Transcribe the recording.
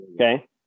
Okay